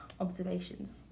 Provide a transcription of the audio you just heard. observations